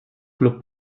club